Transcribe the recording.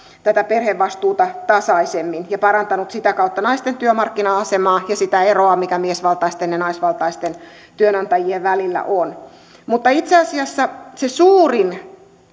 tätä perhevastuuta tasaisemmin ja parantanut sitä kautta naisten työmarkkina asemaa ja sitä eroa mikä miesvaltaisten ja naisvaltaisten työnantajien välillä on mutta itse asiassa se suurin